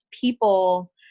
people